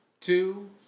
two